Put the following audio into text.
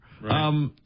Right